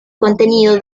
contenido